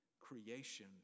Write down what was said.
creation